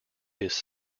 his